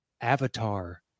Avatar